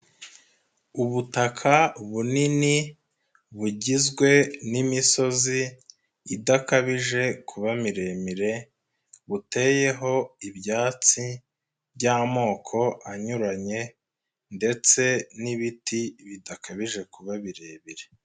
Ubutaka bunini bugizwe n'imisozi idakabije kuba miremire buteyeho ibyatsi by'amoko anyuranye ndetse n'ibiti bidakabije kuba birebire.